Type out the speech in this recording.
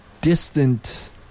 distant